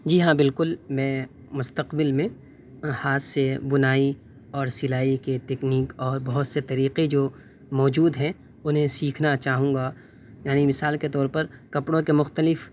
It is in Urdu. جی ہاں بالکل میں مستقبل میں ہاتھ سے بنائی اور سلائی کے تکنیک اور بہت سے طریقے جو موجود ہیں انہیں سیکھنا چاہوں گا یعنی مثال کے طور پر کپڑوں کے مختلف